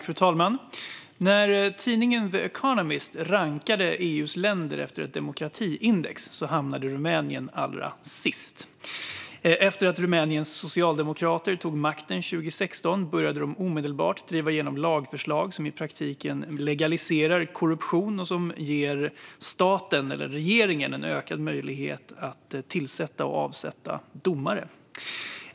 Fru talman! När tidningen The Economist rankade EU:s länder efter ett demokratiindex hamnade Rumänien allra sist. Efter att Rumäniens socialdemokrater tog makten 2016 började de omedelbart driva igenom lagförslag som i praktiken legaliserar korruption och ger regeringen en ökad möjlighet att tillsätta och avsätta domare.